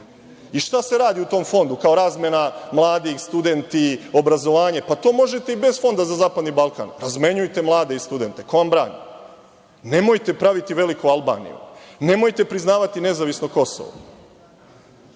se radi u tom Fondu, kao razmena mladih, studenti, obrazovanje? To možete i bez Fonda za zapadni Balkan. Razmenjujte mlade i studente. Ko vam brani? Nemojte praviti veliku Albaniju. Nemojte priznavati nezavisno Kosovo.